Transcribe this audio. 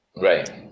Right